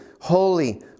holy